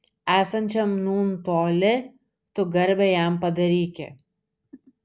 esančiam nūn toli tu garbę jam padaryki